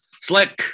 Slick